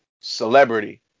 celebrity